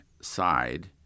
side